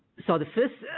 saw the fifth